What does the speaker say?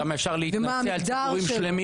כמה אפשר להתנשא על ציבורים שלמים